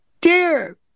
Dear